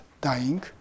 dying